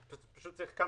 פשוט צריך גם